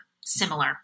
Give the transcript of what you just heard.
similar